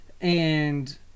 and-